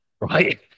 right